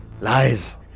Lies